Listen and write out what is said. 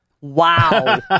Wow